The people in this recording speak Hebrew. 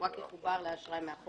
הוא רק יחובר לאשראי מאחורה,